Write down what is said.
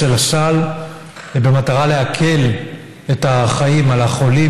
אל הסל במטרה להקל את החיים על החולים,